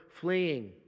fleeing